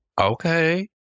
Okay